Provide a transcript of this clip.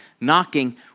knocking